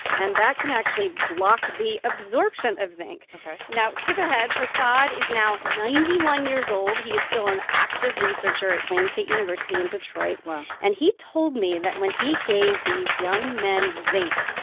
and that can actually block the absorption of zinc ok now skip ahead. prasad is now ninety one years old. he is still an active researcher at wayne state university in detroit wow and he told me that when he gave these young men zinc,